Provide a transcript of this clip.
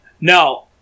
No